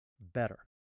better